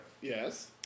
Yes